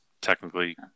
technically